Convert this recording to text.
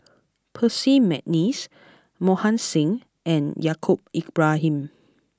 Percy McNeice Mohan Singh and Yaacob Ibrahim